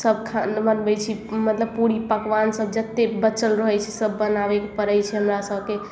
सब खाना बनबै छी मतलब पूरी पकबान सब जतेक बचल रहै छै सब बनाबैके पडड़ै छै हमरा सबके